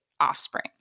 offspring